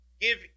Give